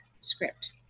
script